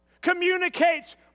communicates